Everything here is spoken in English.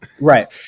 Right